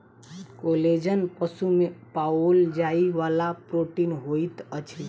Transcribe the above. collagen पशु में पाओल जाइ वाला प्रोटीन होइत अछि